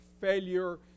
failure